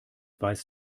weiß